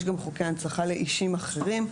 יש גם חוקי הנצחה לאישים אחרים.